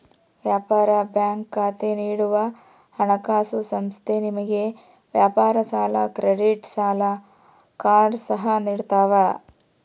ವ್ಯಾಪಾರ ಬ್ಯಾಂಕ್ ಖಾತೆ ನೀಡುವ ಹಣಕಾಸುಸಂಸ್ಥೆ ನಿಮಗೆ ವ್ಯಾಪಾರ ಸಾಲ ಕ್ರೆಡಿಟ್ ಸಾಲ ಕಾರ್ಡ್ ಸಹ ನಿಡ್ತವ